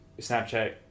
Snapchat